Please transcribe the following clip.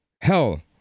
Hell